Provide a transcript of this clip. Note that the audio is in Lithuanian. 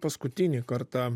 paskutinį kartą